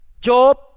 Job